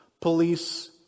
police